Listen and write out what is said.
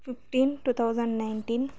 fifteen two thousand nineteen